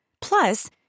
Plus